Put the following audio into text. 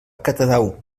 catadau